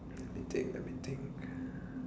let me think let me think